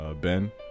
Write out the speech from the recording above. Ben